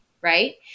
Right